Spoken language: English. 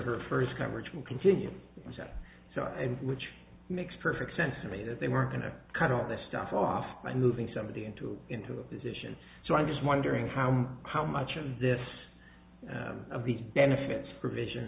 her first coverage will continue so which makes perfect sense to me that they were going to cut all this stuff off by moving somebody into into a position so i'm just wondering how how much of this of these benefits provision